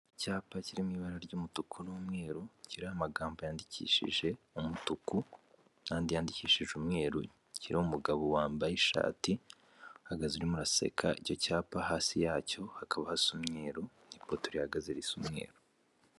Icyapa kiri mu ibara ry'umutuku n'umweru kiriho amagambo yandikishije umutuku n'andi yandikishije umweru, kiriho umugabo wambaye ishati ahagaze arimo araseka, icyo cyapa hasi yacyo hakaba hasa umweru n'ipoto rihagaze risa umweru.